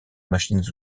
machines